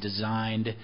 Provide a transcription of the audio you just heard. designed